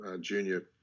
junior